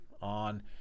on